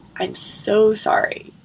i'm so sorry.